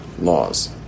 laws